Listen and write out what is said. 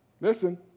Listen